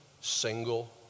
single